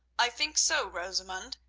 i think so, rosamund,